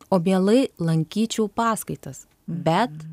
o mielai lankyčiau paskaitas bet